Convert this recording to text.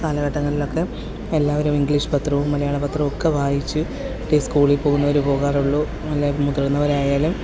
കാലഘട്ടങ്ങളിലൊക്കെ എല്ലാവരും ഇംഗ്ലീഷ് പത്രവും മലയാളപ്പത്രവും ഒക്കെ വായിച്ച് സ്കൂളിൽ പോകുന്നവർ പോകാറുള്ളൂ അല്ലെങ്കിൽ മുതിർന്നവരായാലും